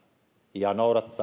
ja